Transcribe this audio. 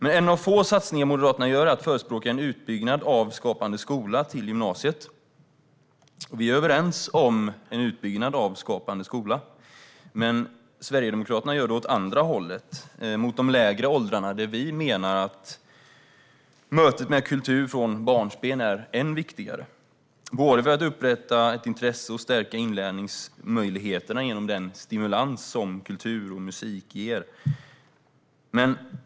En av de få satsningar som Moderaterna gör är att de förespråkar en utbyggnad av Skapande skola till gymnasiet. Vi är överens om en utbyggnad av Skapande skola, men Sverigedemokraterna vill satsa åt andra hållet, på de lägre åldrarna där mötet med kultur från barnsben är än viktigare. Vi vill skapa ett intresse och stärka inlärningsmöjligheterna genom den stimulans som kultur och musik ger.